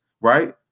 Right